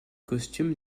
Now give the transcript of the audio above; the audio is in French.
costume